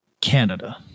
Canada